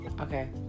okay